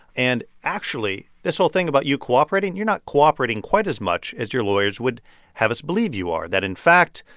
and actually, this whole thing about you cooperating you're not cooperating quite as much as your lawyers would have us believe you are that, in fact,